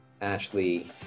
Ashley